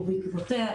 ובעקבותיה,